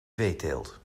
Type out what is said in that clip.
veeteelt